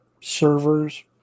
servers